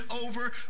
over